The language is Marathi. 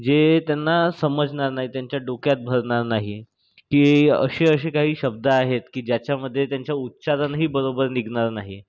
जे त्यांना समजणार नाहीत त्यांच्या डोक्यात भरणार नाहीत की असे असे काही शब्द आहेत की ज्याच्यामध्ये त्यांच्या उच्चारणही बरोबर निघणार नाही